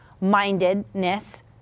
mindedness